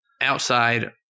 outside